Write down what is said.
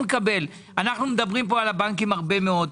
אנו מדברים על הבנקים הרבה מאוד.